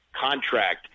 contract